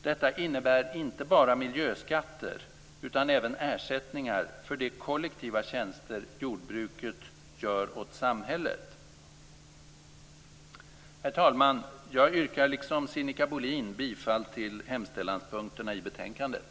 Detta innebär inte bara miljöskatter utan även ersättningar för de kollektiva tjänster jordbruket gör åt samhället. Herr talman! Jag yrkar liksom Sinikka Bohlin bifall till utskottets hemställan i betänkandet.